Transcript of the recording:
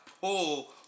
pull